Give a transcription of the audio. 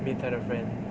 meet 他的 friend